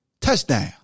Touchdown